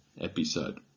episode